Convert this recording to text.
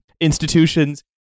institutions